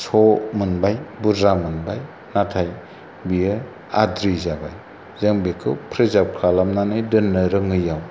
स' मोनबाय बुरजा मोनबाय नाथाय बियो आद्रि जाबाय जों बेखौ प्रिजार्ब खालामनानै दोननो रोङियाव